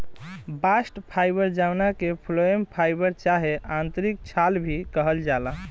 bast fibre जवना के phloem fibre चाहे आंतरिक छाल भी कहल जाला